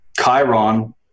Chiron